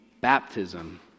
Baptism